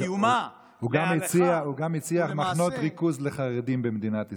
הוא גם הציע מחנות ריכוז לחרדים במדינת ישראל,